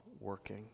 working